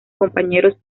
compañeros